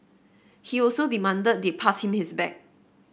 he also demanded they pass him his bag